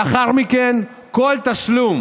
לאחר מכן כל תשלום